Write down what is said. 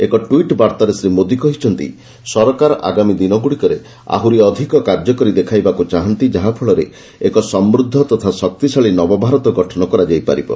ଏକ ଟ୍ୱିଟ୍ ବାର୍ତ୍ତାରେ ଶ୍ରୀ ମୋଦୀ କହିଛନ୍ତି ସରକାର ଆଗାମୀ ଦିନଗୁଡ଼ିକରେ ଆହୁରି ଅଧିକ କାର୍ଯ୍ୟକରି ଦେଖାଇବାକୁ ଚାହାନ୍ତି ଯାହାଫଳରେ ଏକ ସମୃଦ୍ଧ ତଥା ଶକ୍ତିଶାଳୀ ନବଭାରତ ଗଠନ କରାଯାଇ ପାରିବ